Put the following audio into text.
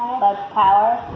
um but power.